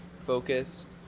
focused